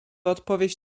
odpowiedź